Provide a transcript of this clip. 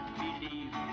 believe